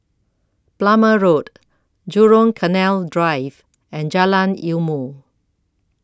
Plumer Road Jurong Canal Drive and Jalan Ilmu